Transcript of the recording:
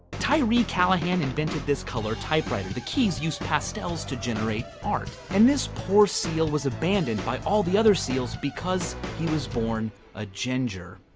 tyree callahan invented this color typewriter. the keys use pastels to generate art, and this poor seal was abandoned by all the other seals because he was born a ginger.